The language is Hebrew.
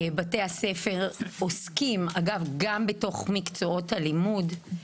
בתי הספר עוסקים, אגב, גם בתוך מקצועות הלימוד.